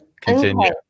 Continue